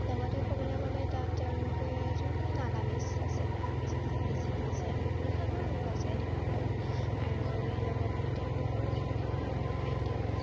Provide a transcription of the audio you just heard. লগতে ক'বলৈ গ'লে তাত তেওঁলোকে যোনখিনি নাগামিজ আছে নাগামিজ আছে মিচিং আছে বিভিন্ন ধৰণৰ লোক আছে ডিমাপুৰত আৰু সেই লোকসকলে তেওঁলোকৰ যোনখিনি খাদ্য